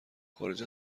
خارج